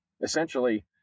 essentially